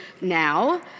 now